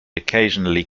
occasionally